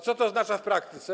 Co to oznacza w praktyce?